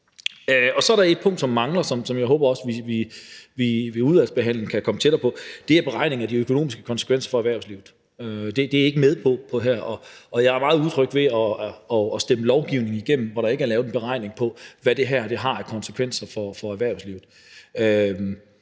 Så er der et punkt, som mangler, og som jeg også håber vi i udvalgsbehandlingen kan komme tættere på, og det er en beregning af de økonomiske konsekvenser for erhvervslivet. Det er ikke med her, og jeg er meget utryg ved at stemme en lovgivning igennem, hvor der ikke er lavet en beregning på, hvad det har af konsekvenser for erhvervslivet.